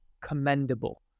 commendable